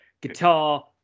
Guitar